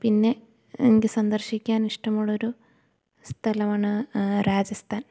പിന്നെ എനിക്ക് സന്ദർശിക്കാൻ ഇഷ്ടം ഉള്ളൊരു സ്ഥലമാണ് രാജസ്ഥാൻ